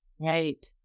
Right